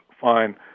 fine